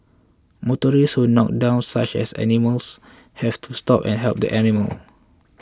motorists who knocked down such as animals have to stop and help the animal